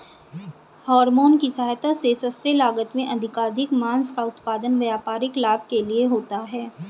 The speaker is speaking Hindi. हॉरमोन की सहायता से सस्ते लागत में अधिकाधिक माँस का उत्पादन व्यापारिक लाभ के लिए होता है